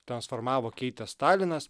transformavo keitė stalinas